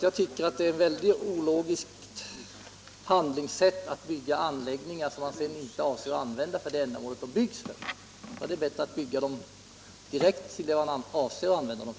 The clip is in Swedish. Jag tycker att det är väldigt ologiskt att bygga anläggningar som man inte ens avser att använda till det ändamål de byggs för. Bygg dem då hellre direkt för den tilltänkta alternativa användningen!